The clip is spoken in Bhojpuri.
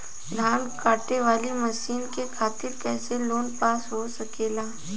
धान कांटेवाली मशीन के खातीर कैसे लोन पास हो सकेला?